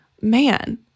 Man